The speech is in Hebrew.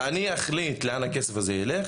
ואני אחליט לאן הכסף הזה יילך,